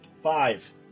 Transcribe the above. Five